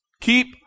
Keep